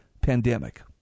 pandemic